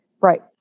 Right